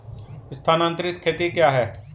स्थानांतरित खेती क्या है?